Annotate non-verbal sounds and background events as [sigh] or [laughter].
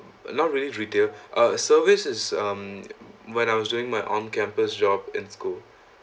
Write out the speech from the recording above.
but not really retail [breath] uh service is um when I was doing my on campus job in school